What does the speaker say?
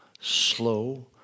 slow